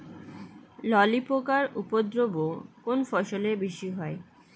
ললি পোকার উপদ্রব কোন ফসলে বেশি হয়?